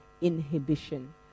inhibition